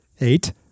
Eight